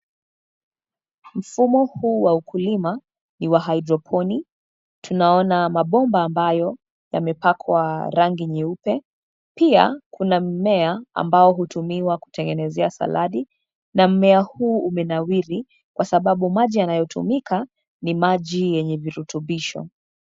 Mfumo huu wa ukulima ni wa hydroponic . Tunaona mabomba ambayo yamepakwa rangi nyeupe. Pia, kuna mmea ambao hutumiwa kutengeneza saladi, na mmea huu umenawiri, kwa sababu maji yanayotumika, ni maji yenye virutubisho.